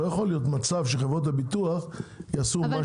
לא יכול להיות מצב שחברות הביטוח יעשו מה שהם רוצים.